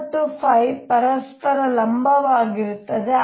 ಮತ್ತು ಪರಸ್ಪರ ಲಂಬವಾಗಿರುತ್ತದೆ